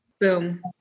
Boom